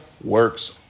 works